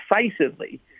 decisively